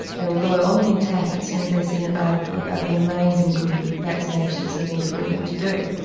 they will go on the attack as soon as they see an article about the amazing good that vaccinations have been proven to do.